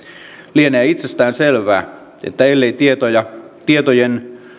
lienee itsestään selvää että ellei tietojen